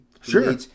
Sure